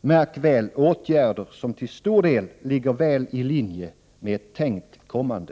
märk väl, åtgärder som till stor del ligger väl i linje med ett tänkt kommande.